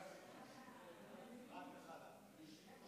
חד וחלק.